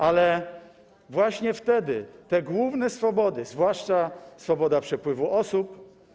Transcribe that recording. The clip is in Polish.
Ale właśnie wtedy te główne swobody, zwłaszcza swoboda przepływu osób.